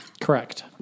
Correct